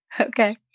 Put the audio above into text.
Okay